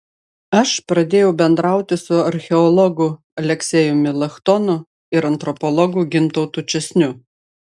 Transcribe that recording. aš pradėjau bendrauti su archeologu aleksejumi luchtanu ir antropologu gintautu česniu